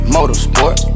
Motorsport